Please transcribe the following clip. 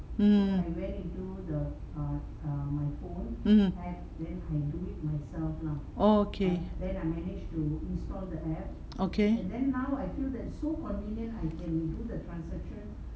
mm mmhmm oh okay okay